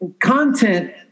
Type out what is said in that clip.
content